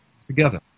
together